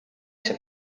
się